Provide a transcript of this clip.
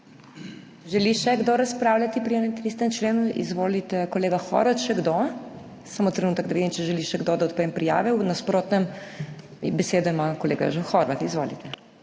Želi še kdo razpravljati pri 31. členu? (Da.) Izvolite, kolega Horvat. Še kdo? Samo trenutek, da vidim, če želi še kdo, da odprem prijave. V nasprotnem, besedo ima kolega Jožef Horvat. Izvolite.